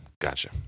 Gotcha